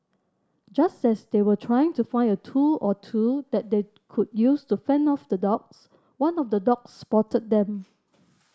just as they were trying to find a tool or two that they could use to fend off the dogs one of the dogs spotted them